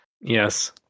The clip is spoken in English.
yes